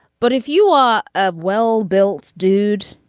but if you are a well-built dude,